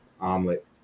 omelet